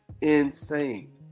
insane